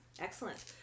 Excellent